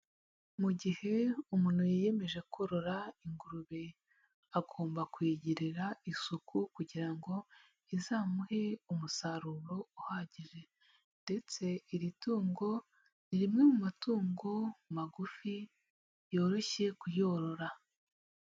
Mu gihe umuntu yiyemeje korora ingurube, agomba kuyigirira isuku kugira ngo izamuhe umusaruro uhagije, ndetse iri tungo ni rimwe mu matungo magufi yoroshye kuyorora.